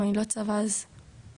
אם אני לא צבא אז אקדמיה,